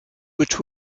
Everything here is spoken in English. which